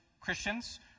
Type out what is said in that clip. Christians